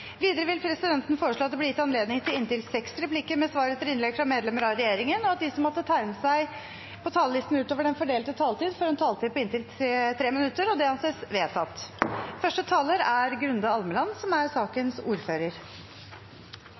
Videre vil presidenten foreslå at det blir gitt anledning til inntil fem replikker med svar etter innlegg fra medlemmer av regjeringen, og at de som måtte tegne seg på talerlisten utover den fordelte taletid, får en taletid på inntil 3 minutter. – Det anses vedtatt. Jeg vil begynne med å takke komiteen for samarbeidet i denne saken, som er